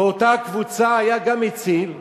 באותה קבוצה היה גם מציל,